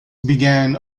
began